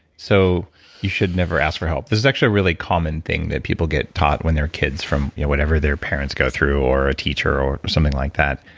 so you should never ask for help. this is actually a really common thing that people get taught when they're kids from yeah whatever their parents go through or a teacher or something like that.